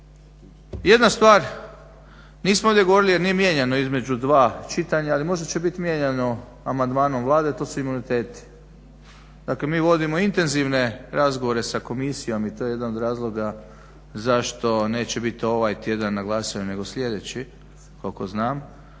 Jedna stvar nismo ovdje govorili jer nije mijenjano između dva čitanja, ali možda će bit mijenjano amandmanom Vlade. To su imuniteti. Dakle, mi vodimo intenzivne razgovore sa Komisijom i to je jedan od razloga zašto neće bit ovaj tjedan na glasovanju nego sljedeći koliko znam,